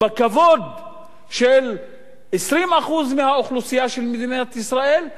של 20% מהאוכלוסייה של מדינת ישראל, זה בסדר גמור.